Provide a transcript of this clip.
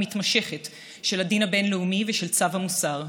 ומתמשכת של הדין הבין-לאומי ושל צו המוסר,